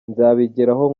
nzabigeraho